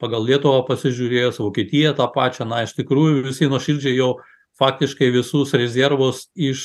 pagal lietuvą pasižiūrėjus vokietija tą pačią na iš tikrųjų visi nuoširdžiai jau faktiškai visus rezervus iš